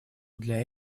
для